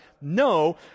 no